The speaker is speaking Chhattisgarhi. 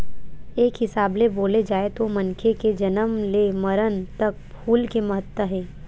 एक हिसाब ले बोले जाए तो मनखे के जनम ले मरन तक फूल के महत्ता हे